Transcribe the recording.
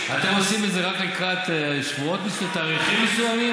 אתם עושים את זה רק לקראת תאריכים מסוימים,